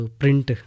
print